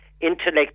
intellect